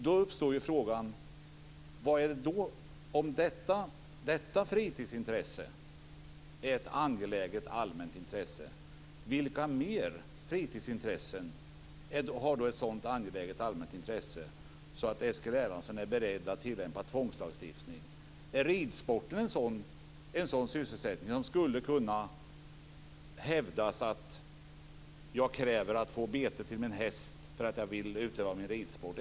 Då uppstår frågan: Om detta fritidsintresse är ett angeläget allmänt intresse, vilka fler fritidsintressen har ett sådant angeläget allmänt intresse att Eskil Erlandsson är beredd att tillämpa tvångslagstiftning? Är ridsporten en sådan sysselsättning? Där skulle man ju kunna hävda: Jag kräver att få bete till min häst för att jag vill utöva min ridsport.